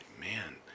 man